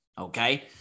okay